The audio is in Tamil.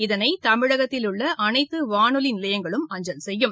இதனை தமிழகத்தில் உள்ள அனைத்து வானொலி நிலையங்களும் அஞ்சல் செய்யும்